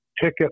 ticket